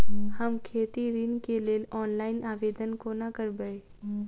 हम खेती ऋण केँ लेल ऑनलाइन आवेदन कोना करबै?